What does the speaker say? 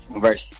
verse